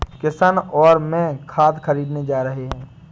किशन और मैं खाद खरीदने जा रहे हैं